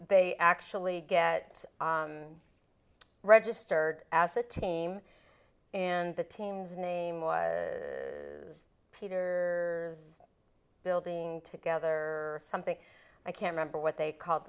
they actually get registered as a team and the team's name was peter building together or something i can remember what they called